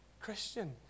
Christian